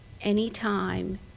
anytime